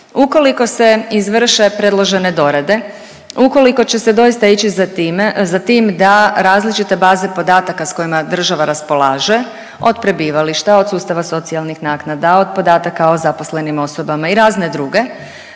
Ukoliko se izvrše predložene dorade, ukoliko će se doista ići za tim da različite baze podataka s kojima država raspolaže, od prebivališta, od sustava socijalnih naknada, od podataka o zaposlenim osobama i razne druge,